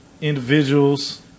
Individuals